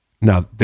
Now